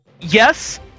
Yes